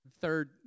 Third